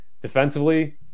defensively